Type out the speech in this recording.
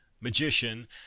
magician